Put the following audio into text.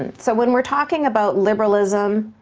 and so when we're talking about liberalism,